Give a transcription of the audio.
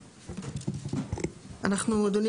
אדוני,